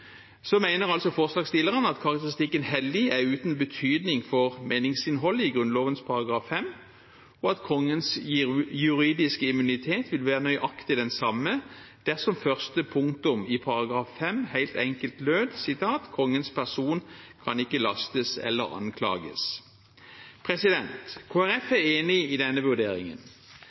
at karakteristikken «hellig» er uten betydning for meningsinnholdet i Grunnloven § 5, og at kongens juridiske immunitet ville være nøyaktig den samme dersom første punktum i § 5 helt enkelt lød: «Kongens person kan ikke lastes eller anklages.» Kristelig Folkeparti er enig i denne vurderingen.